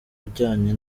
ujyanye